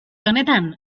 honetan